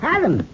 Adam